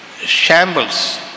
shambles